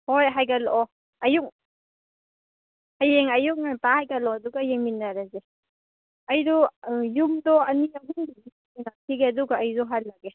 ꯍꯣꯏ ꯍꯥꯏꯒꯠꯂꯛꯑꯣ ꯑꯌꯨꯛ ꯍꯌꯦꯡ ꯑꯌꯨꯛ ꯉꯟꯇꯥ ꯍꯥꯏꯒꯠꯂꯛꯑꯣ ꯑꯗꯨꯒ ꯌꯦꯡꯃꯤꯟꯅꯔꯁꯤ ꯑꯩꯁꯨ ꯌꯨꯝꯗꯣ ꯑꯅꯤ ꯌꯦꯡꯉꯛꯈꯤꯒꯦ ꯑꯗꯨꯒ ꯑꯩꯁꯨ ꯍꯜꯂꯒꯦ